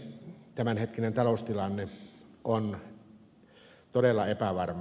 tämänhetkinen taloustilanne on todella epävarma